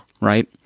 right